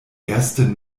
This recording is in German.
ersten